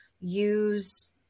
use